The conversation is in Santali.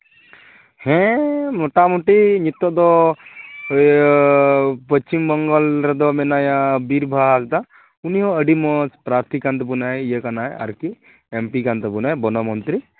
ᱦᱮᱸ ᱢᱳᱴᱟᱢᱩᱴᱤ ᱱᱤᱛᱳᱜ ᱫᱚ ᱤᱭᱟᱹ ᱯᱚᱥᱪᱤᱢ ᱵᱟᱝᱜᱟᱞ ᱨᱮᱫᱚ ᱢᱮᱱᱟᱭᱟ ᱵᱤᱨᱵᱟᱦᱟ ᱦᱟᱸᱥᱫᱟ ᱩᱱᱤᱦᱚᱸ ᱟᱹᱰᱤ ᱢᱚᱡᱽ ᱯᱟᱨᱛᱷᱤ ᱠᱟᱱ ᱛᱟᱵᱳᱱᱟᱭ ᱤᱭᱟᱹ ᱠᱟᱱᱟᱭ ᱟᱨᱠᱤ ᱮᱢᱯᱤ ᱠᱟᱱ ᱛᱟᱵᱳᱱᱟᱭ ᱵᱚᱱᱚ ᱢᱚᱱᱛᱨᱤ